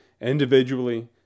Individually